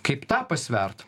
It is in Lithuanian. kaip tą pasvert